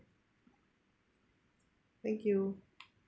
thank you